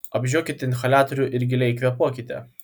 apžiokite inhaliatorių ir giliai kvėpuokite